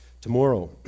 tomorrow